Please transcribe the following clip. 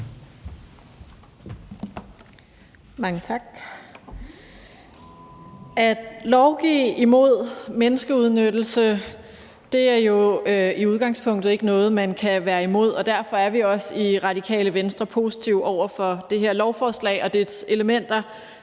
Mange tak. At lovgive imod menneskeudnyttelse er jo i udgangspunktet ikke noget, man kan være imod, og derfor er vi også i Radikale Venstre positive over for det her lovforslag og dets elementer